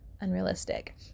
unrealistic